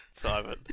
Simon